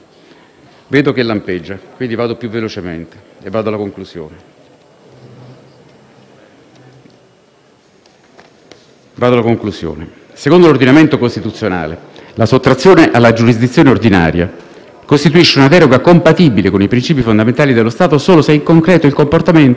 c'è di ogni…». Secondo l'ordinamento costituzionale la sottrazione alla giurisdizione ordinaria costituisce una deroga compatibile con i principi fondamentali dello Stato solo se in concreto il comportamento che integra la fattispecie di reato sia volto a tutelare un bene giuridico costituzionale preminente rispetto a quello compresso,